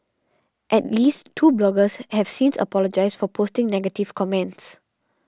at least two bloggers have since apologised for posting negative comments